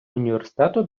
університету